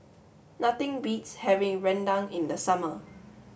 nothing beats having Rendang in the summer